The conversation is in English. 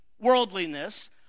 worldliness